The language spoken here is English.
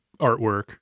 artwork